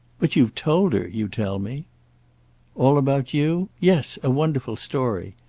but you've told her, you tell me all about you? yes, a wonderful story.